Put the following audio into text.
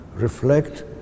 Reflect